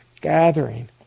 gathering